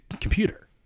computer